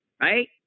right